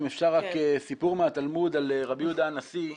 אם אפשר סיפור מהתלמוד על רבי יהודה הנשיא,